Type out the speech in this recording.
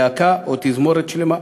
להקה או תזמורת שלמה.